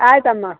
ಆಯಿತಮ್ಮ